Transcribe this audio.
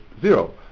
zero